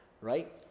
right